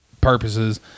purposes